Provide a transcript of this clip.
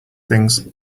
things